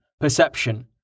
Perception